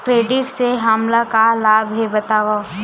Credit से हमला का लाभ हे बतावव?